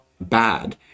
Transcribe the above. bad